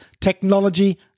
technology